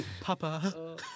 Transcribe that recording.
Papa